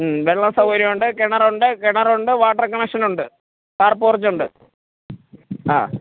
മ്മ് വെള്ള സൗകര്യം ഉണ്ട് കിണറുണ്ട് കിണറുണ്ട് വാട്ടർ കണക്ഷൻ ഉണ്ട് കാർ പോർച്ച് ഉണ്ട് ആ